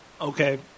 Okay